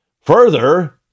Further